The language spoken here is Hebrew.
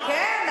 כן,